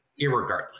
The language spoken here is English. irregardless